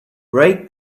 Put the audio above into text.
break